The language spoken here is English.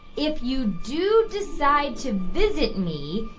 if you do decide to visit me,